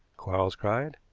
quarles cried.